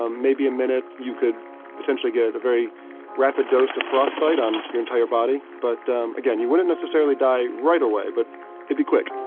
ah maybe a minute. you could potentially get a very rapid dose to frostbite on your entire body. but um again, you wouldn't necessarily die right away, but it'd be quick